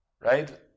Right